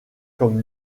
comme